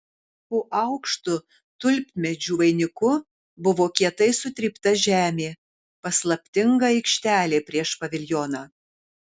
po aukštu tulpmedžių vainiku buvo kietai sutrypta žemė paslaptinga aikštelė prieš paviljoną